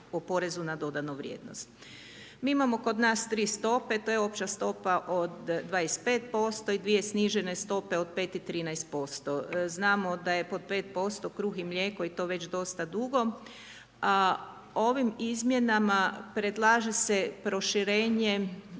o porezu na dodanu vrijednost. Mi imamo kod nas 3 stope, to je opća stopa od 25% i dvije snižene stope od 5 i 13 % znamo da je po 5% kruh i mlijeko i to već dosta dugo. Ovim izmjenama predlaže se proširenje